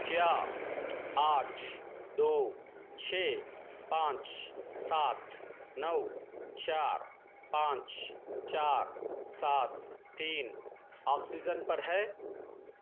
کیا آٹھ دو چھ پانچ سات نو چار پانچ چار سات تین آکسیژن پر ہے